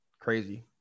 crazy